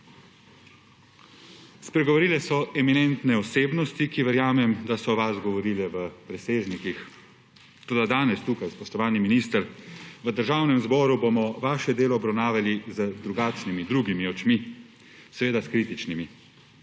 Spregovorile so eminentne osebnosti, ki verjamem, da so o vas govorile v presežnikih, toda danes tukaj, spoštovani minister, v Državnem zboru, bomo vaše delo obravnavali z drugačnimi, drugimi očmi, seveda s kritičnimi,